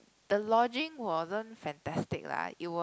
the lodging wasn't fantastic lah it was